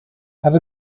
have